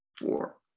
four